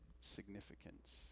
significance